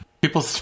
People